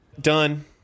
done